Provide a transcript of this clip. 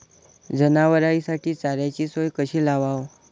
जनावराइसाठी चाऱ्याची सोय कशी लावाव?